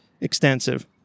extensive